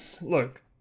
Look